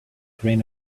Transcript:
grain